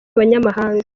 abanyamahanga